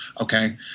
okay